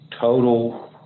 total